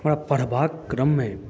हमरा पढबाक क्रममे